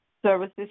Services